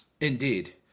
Indeed